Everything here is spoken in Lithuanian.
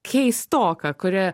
keistoką kuri